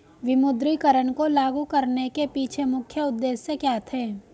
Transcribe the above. विमुद्रीकरण को लागू करने के पीछे मुख्य उद्देश्य क्या थे?